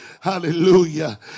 Hallelujah